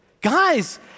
Guys